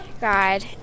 God